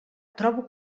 trobo